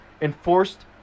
enforced